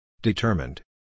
Determined